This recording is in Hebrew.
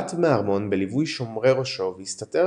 נמלט מהארמון בלווי שומרי ראשו והסתתר